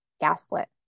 gaslit